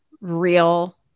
real